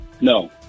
No